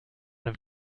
have